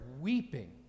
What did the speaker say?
weeping